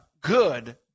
good